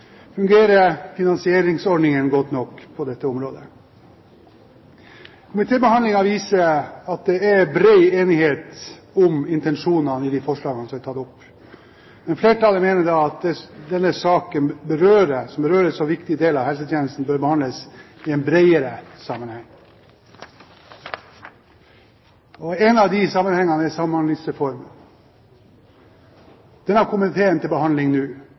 fungerer finansieringsordningene godt nok på dette området? Komitébehandlingen viser at det er bred enighet om intensjonene i de forslagene som er tatt opp. Men flertallet mener at denne saken, som berører så viktige deler av helsetjenesten, bør behandles i en bredere sammenheng. En av de sammenhengene er sammenhengen med Samhandlingsreformen. Den har komiteen til behandling nå.